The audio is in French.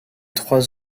trois